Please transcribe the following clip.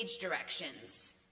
directions